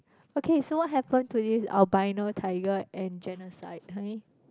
okay so what happen to this albino tiger and genocide honey